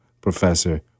Professor